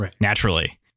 naturally